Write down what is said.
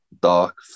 Dark